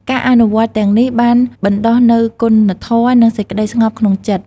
ការអនុវត្តន៍ទាំងនេះបានបណ្ដុះនូវគុណធម៌ និងសេចក្តីស្ងប់ក្នុងចិត្ត។